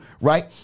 right